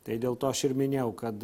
tai dėl to aš ir minėjau kad